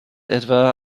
etwa